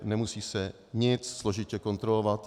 Nemusí se nic složitě kontrolovat.